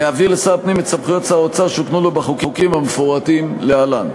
להעביר לשר הפנים את סמכויות שר האוצר שהוקנו לו בחוקים המפורטים להלן: